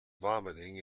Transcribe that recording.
vomiting